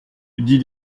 dix